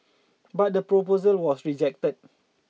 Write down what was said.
but the proposal was rejected